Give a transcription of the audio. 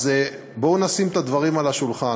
אז בואו נשים את הדברים על השולחן: